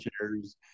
chairs